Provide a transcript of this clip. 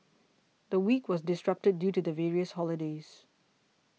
the week was disrupted due to the various holidays